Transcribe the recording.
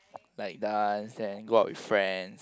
like dance then go out with friends